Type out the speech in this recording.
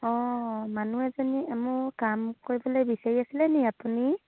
অঁ মানুহ এজনী মোক কাম কৰিবলৈ বিচাৰি আছিলে নেকি আপুনি